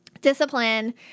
Discipline